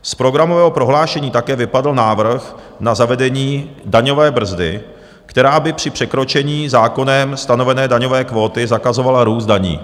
Z programového prohlášení také vypadl návrh na zavedení daňové brzdy, která by při překročení zákonem stanovené daňové kvóty zakazovala růst daní.